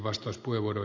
puhemies